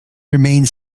remained